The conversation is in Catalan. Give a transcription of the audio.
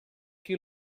qui